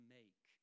make